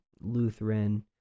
Lutheran